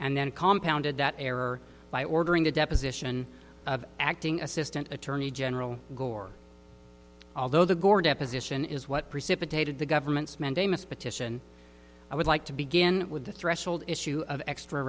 and then compound that error by ordering the deposition of acting assistant attorney general gore although the gore deposition is what precipitated the government's mandamus petition i would like to begin with the threshold issue of extra